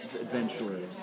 adventurers